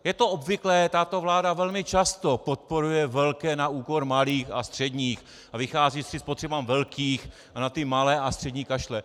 Je to obvyklé, tato vláda velmi často podporuje velké na úkor malých a středních a vychází vstříc potřebám velkých a na ty malé a střední kašle.